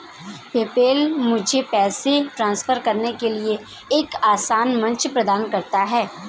PayPal मुझे पैसे transfer करने के लिए एक आसान मंच प्रदान करता है